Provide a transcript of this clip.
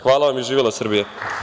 Hvala i živela Srbija.